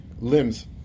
limbs